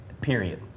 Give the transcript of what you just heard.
Period